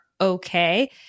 Okay